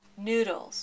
noodles